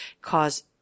cause